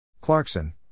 Clarkson